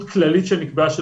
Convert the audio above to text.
כללית שנקבעה,